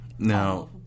Now